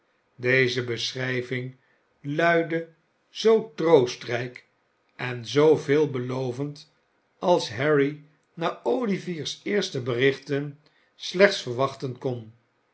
deze beschrijving luidde zoo troostrijk en zoo veelbelovend als harry na olivier's eerste berichten slechts verwachten kon